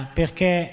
perché